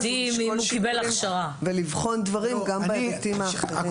שיקולים ולבחון דברים גם בהיבטים האחרים.